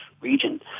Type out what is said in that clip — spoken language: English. region